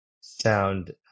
sound